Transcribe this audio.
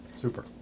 Super